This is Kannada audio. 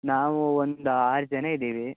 ನಾವು ಒಂದು ಆರು ಜನ ಇದ್ದೀವಿ